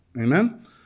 Amen